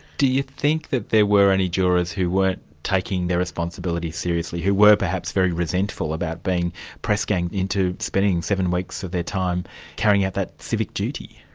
do you think that there were any jurors who weren't taking their responsibility seriously, who were perhaps very resentful about being press-ganged into spending seven weeks of their time carrying out that civic duty?